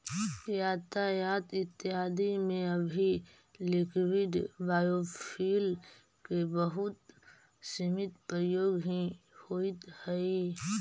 यातायात इत्यादि में अभी लिक्विड बायोफ्यूल के बहुत सीमित प्रयोग ही होइत हई